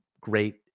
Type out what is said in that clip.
great